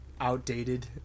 outdated